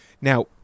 Now